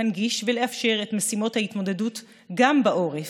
להנגיש ולאפשר את משימות ההתמודדות גם בעורף,